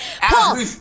Paul